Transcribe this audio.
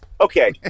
Okay